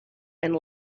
and